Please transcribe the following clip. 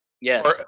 yes